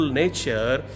nature